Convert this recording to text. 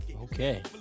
Okay